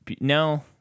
no